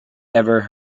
ever